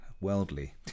worldly